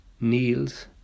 kneels